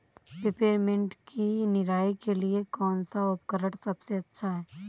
Peppermint की निराई के लिए कौन सा उपकरण सबसे अच्छा है?